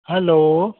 hello